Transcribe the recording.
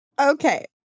Okay